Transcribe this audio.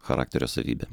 charakterio savybę